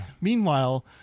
meanwhile